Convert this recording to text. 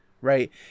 right